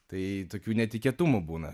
tai tokių netikėtumų būna